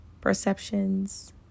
Perceptions